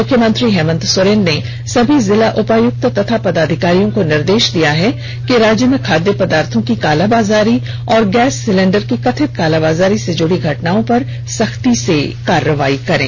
मुख्यमंत्री हेमन्त सोरेन ने सभी जिला उपायुक्त एवं पदाधिकारियों को निर्देश दिया है कि राज्य में खाद्य पदार्थों की काला बाजारी और गैस सिलिंडर की कथित कालाबाजारी से जुड़ी घटनाओं पर सख्ती से कार्रवाई करें